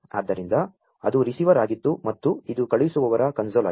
ಆದ್ದರಿಂ ದ ಅದು ರಿಸೀ ವರ್ ಆಗಿತ್ತು ಮತ್ತು ಇದು ಕಳು ಹಿಸು ವವರ ಕನ್ಸೋ ಲ್ ಆಗಿದೆ